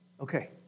Okay